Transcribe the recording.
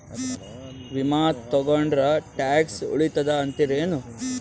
ವಿಮಾ ತೊಗೊಂಡ್ರ ಟ್ಯಾಕ್ಸ ಉಳಿತದ ಅಂತಿರೇನು?